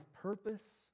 purpose